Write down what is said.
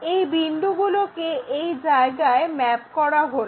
এই বিন্দুগুলোকে এই জায়গায় ম্যাপ করা হলো